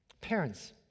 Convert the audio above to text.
Parents